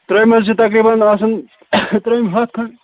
ترٛامہِ حظ چھِ تَقریباً آسَن ترٛامہِ ہتھ کھَنٛڈ